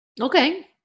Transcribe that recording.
okay